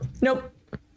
Nope